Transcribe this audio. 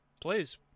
Please